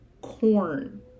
corn